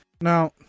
Now